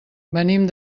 venim